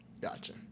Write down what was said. gotcha